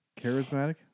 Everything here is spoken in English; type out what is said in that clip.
charismatic